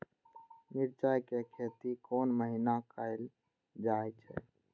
मिरचाय के खेती कोन महीना कायल जाय छै?